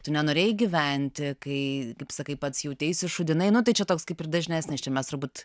tu nenorėjai gyventi kai kaip sakai pats jauteisi šūdinai nu tai čia toks kaip ir dažnesnis čia mes turbūt